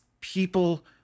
people